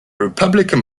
republican